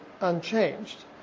unchanged